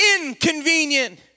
inconvenient